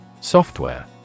Software